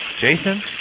Jason